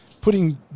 putting